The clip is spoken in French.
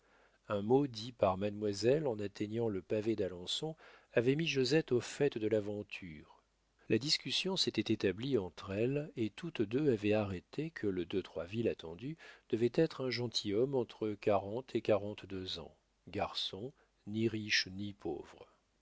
un mot dit par mademoiselle en atteignant le pavé d'alençon avait mis josette au fait de l'aventure la discussion s'était établie entre elles et toutes deux avaient arrêté que le de troisville attendu devait être un gentilhomme entre quarante et quarante-deux ans garçon ni riche ni pauvre